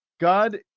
God